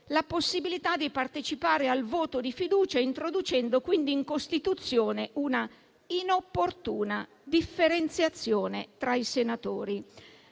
la possibilità di partecipare al voto di fiducia, introducendo quindi in Costituzione un'inopportuna differenziazione tra i senatori.